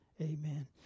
Amen